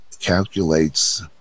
calculates